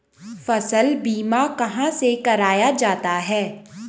फसल बीमा कहाँ से कराया जाता है?